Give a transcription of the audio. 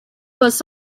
was